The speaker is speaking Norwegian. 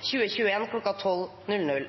oktober 2021 kl. 12.00.